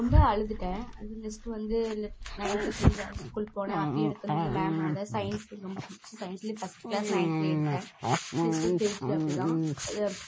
ரொம்ப அழுதுவிட்டேன் நெக்ஸ்ட்டு வந்து அதில் நயன்த்து டென்த்து ஐஸ் ஸ்கூல் போனேன் அப்பயும் எனக்கு வந்து இந்த மேமால்தான் சயின்ஸ் எனக்கு ரொம்ப பிடிச்சிது சயின்ஸ்லேயும் ஃபஸ்ட் கிளாஸ் நயன்த்தில் எடுத்தேன் நெக்ஸ்ட்டு டென்த்துலியும் அப்படிதான் அதை